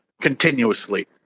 continuously